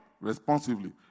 responsively